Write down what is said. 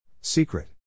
Secret